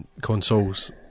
consoles